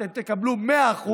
אתם תקבלו 100%,